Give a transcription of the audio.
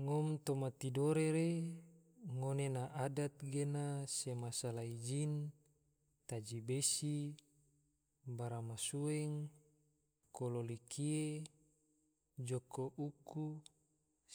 Ngom toma tidore re, ngone na adat gena sema salai jin, taji besi, baramasueng, kololi kie, joko uku,